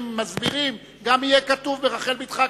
מסבירים גם יהיה כתוב ברחל בתך הקטנה,